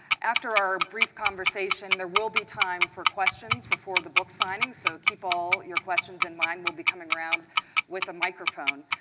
after our brief conversation, there will be time for questions before the book signing. so keep all your questions in mind. we'll be coming around with a microphone.